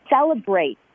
Celebrate